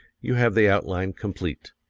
you have the outline complete.